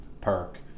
Perk